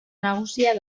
nagusia